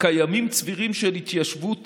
קיימים צבירים של התיישבות